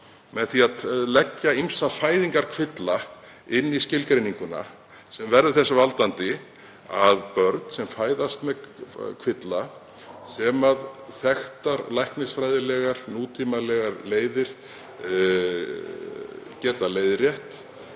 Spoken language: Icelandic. með því að bæta ýmsum fæðingarkvillum við skilgreininguna. Það verður þess valdandi að börn sem fæðast með kvilla sem þekktar læknisfræðilegar, nútímalegar leiðir geta leiðrétt,